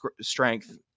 strength